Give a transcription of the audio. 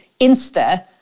Insta